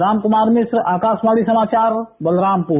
रामकुमार मिश्र आकाशवाणी समाचार बलरामपुर